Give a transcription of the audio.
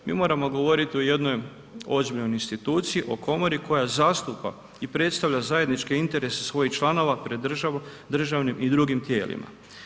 Mi moramo govoriti o jednoj ozbiljnoj instituciji, o komori koja zastupa i predstavlja zajedničke interese svojih članova pred državnim i drugim tijelima.